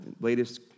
latest